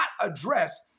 address